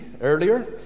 earlier